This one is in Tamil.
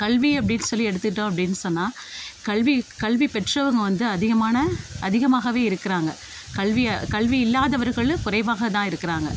கல்வி அப்படின் சொல்லி எடுத்துக்கிட்டோம் அப்படின் சொன்னால் கல்வி கல்வி பெற்றவங்க வந்து அதிகமான அதிகமாகவே இருக்கிறாங்க கல்வியை கல்வி இல்லாதவர்கள் குறைவாகதான் இருக்கிறாங்க